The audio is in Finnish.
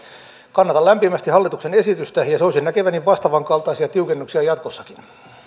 kannatan lämpimästi hallituksen esitystä ja ja soisin näkeväni vastaavan kaltaisia tiukennuksia jatkossakin